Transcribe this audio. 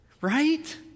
Right